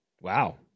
Wow